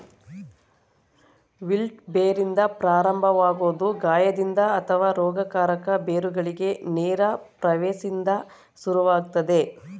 wilt ಬೇರಿಂದ ಪ್ರಾರಂಭವಾಗೊದು ಗಾಯದಿಂದ ಅಥವಾ ರೋಗಕಾರಕ ಬೇರುಗಳಿಗೆ ನೇರ ಪ್ರವೇಶ್ದಿಂದ ಶುರುವಾಗ್ತದೆ